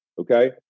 okay